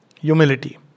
humility